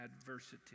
adversity